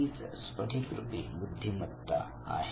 हीच स्फटिकरुपी बुद्धिमत्ता आहे